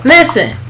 Listen